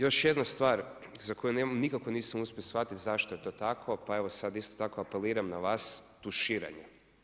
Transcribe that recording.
Još jedna stvar za koju nikako nisam uspio shvatiti zašto je to tako, pa evo sad isto tako apeliram na vas tuširanje.